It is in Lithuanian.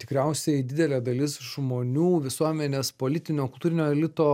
tikriausiai didelė dalis žmonių visuomenės politinio kultūrinio elito